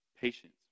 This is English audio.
Patience